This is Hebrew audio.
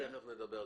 על זה תיכף נדבר.